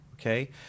okay